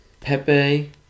pepe